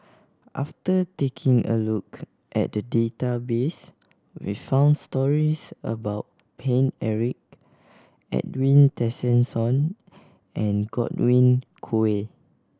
after taking a look at the database we found stories about Paine Eric Edwin Tessensohn and Godwin Koay